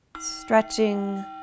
stretching